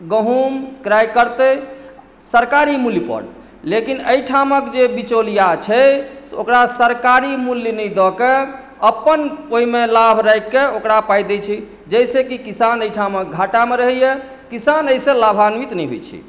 गहूँम क्रय करतै सरकारी मूल्यपर लेकिन एहिठामक जे बिचौलिया छै से ओकरा सरकारी मूल्य नहि दऽ के अपन ओहिमे लाभ राखिके ओकरा पाइ दैत छै जाहिसँ कि किसान एहिठामक घाटामे रहैए किसान एहिसँ लाभान्वित नहि होइत छै